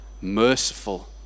merciful